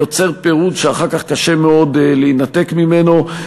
יוצר פירוד שאחר כך קשה מאוד להינתק ממנו.